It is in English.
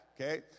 Okay